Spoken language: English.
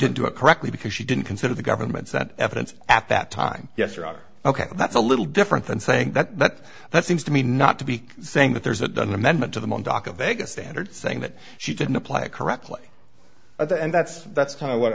didn't do it correctly because she didn't consider the governments that evidence at that time yes or are ok that's a little different than saying that that seems to me not to be saying that there's a done amendment to the montauk a vegas standard saying that she didn't apply it correctly and that's that's kind of what